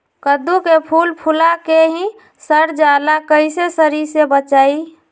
कददु के फूल फुला के ही सर जाला कइसे सरी से बचाई?